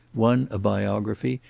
one a biography,